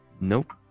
nope